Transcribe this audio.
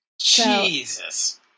Jesus